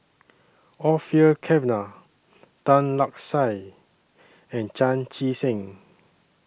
Orfeur Cavenagh Tan Lark Sye and Chan Chee Seng